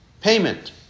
payment